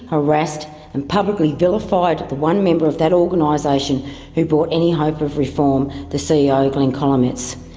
harassed and publicly vilified the one member of that organisation who brought any hope of reform the ceo, glenn kolomeitz.